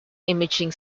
imaging